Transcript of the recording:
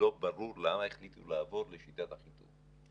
שלא ברור למה החליטו לעבור לשיטת החיטוב.